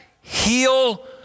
heal